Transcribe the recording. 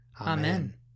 Amen